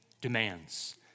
demands